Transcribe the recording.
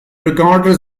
regarded